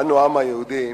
אנו, העם היהודי,